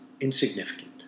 insignificant